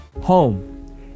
Home